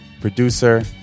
producer